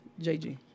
JG